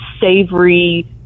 savory